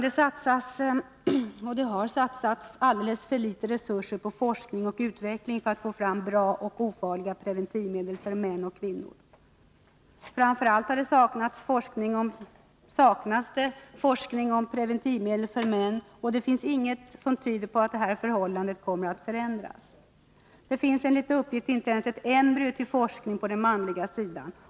Det har satsats och det satsas alldeles för litet resurser på forskning och utveckling för att få fram bra och ofarliga preventivmedel för män och kvinnor. Framför allt har det saknats och saknas forskning om preventivmedel för män, och det finns ingenting som tyder på att detta förhållande kommer att ändras. Det finns enligt uppgift inte ens ett embryo till forskning på den manliga sidan.